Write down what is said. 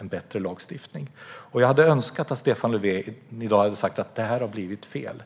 en bättre lagstiftning, om det behövs. Jag hade önskat att Stefan Löfven i dag hade sagt: Det här har blivit fel.